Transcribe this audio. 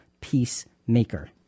peacemaker